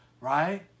right